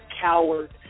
coward